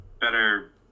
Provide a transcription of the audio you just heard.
better